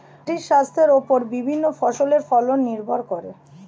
মাটির স্বাস্থ্যের ওপর বিভিন্ন ফসলের ফলন নির্ভর করে